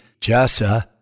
Jessa